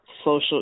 social